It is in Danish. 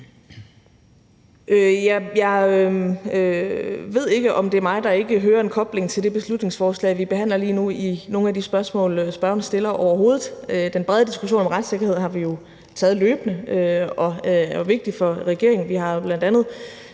Jeg ved ikke, om det er mig, der ikke hører en kobling til det beslutningsforslag, vi behandler lige nu, i nogen af de spørgsmål, spørgeren stiller overhovedet. Den brede diskussion om retssikkerhed har vi jo taget løbende, og det er vigtigt for regeringen. Vi har bl.a. taget